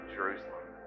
Jerusalem